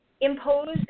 imposed